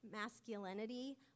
masculinity